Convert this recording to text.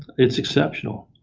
it's exceptional.